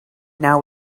now